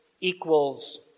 equals